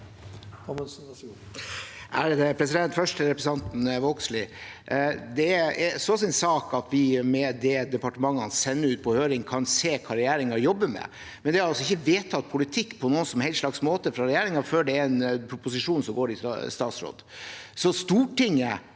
Først til re- presentanten Vågslid: Det er så sin sak at vi med det departementene sender ut på høring, kan se hva regjeringen jobber med, men det er ikke vedtatt politikk på noen som helst måte fra regjeringen før det er en proposisjon som går i statsråd. Stortinget